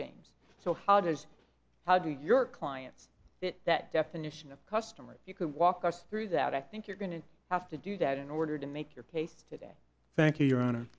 james so how does how do your clients that definition of customer you could walk us through that i think you're going to have to do that in order to make your case today thank you your